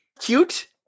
cute